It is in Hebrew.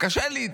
קשה לי.